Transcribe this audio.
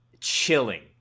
chilling